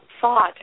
thought